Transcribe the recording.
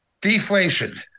Deflation